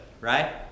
right